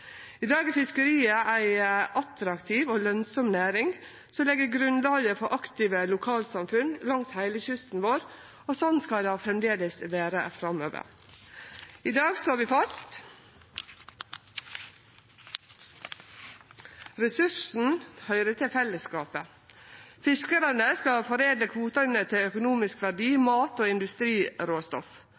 I dag er fiskeri ei attraktiv og lønsam næring som legg grunnlaget for aktive lokalsamfunn langs heile kysten vår, og sånn skal det framleis vere. I dag slår vi fast: Ressursen høyrer til fellesskapet, fiskarane skal foredle kvotane til økonomisk verdi, mat og industriråstoff.